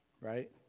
right